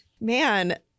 Man